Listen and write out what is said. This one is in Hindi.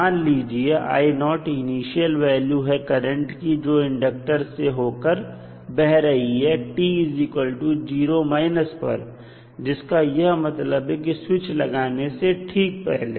मान लीजिए इनिशियल वैल्यू है करंट की जो इंडक्टर से होकर बह रही है t 0 पर जिसका यह मतलब है कि स्विच लगाने से ठीक पहले